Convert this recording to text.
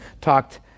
talked